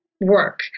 work